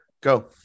go